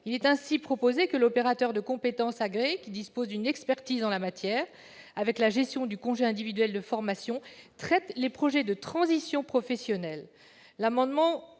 nous proposons que l'opérateur de compétences agréé, qui dispose d'une expertise en la matière avec la gestion du congé individuel de formation, traite les projets de transition professionnelle. L'amendement